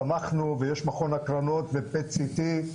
צמחנו ויש מכון הקרנות ופט סיטי,